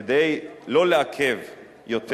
כדי שלא לעכב יותר